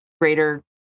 greater